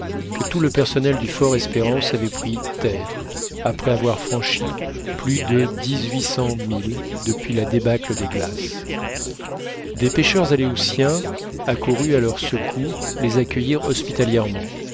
que tout le personnel du fortespérance avait pris terre après avoir franchi plus de dix-huit cents milles depuis la débâcle des glaces des pêcheurs aléoutiens accourus à leur secours les accueillirent